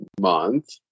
month